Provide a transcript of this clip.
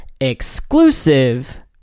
exclusive